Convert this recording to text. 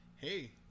hey